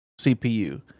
CPU